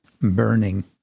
burning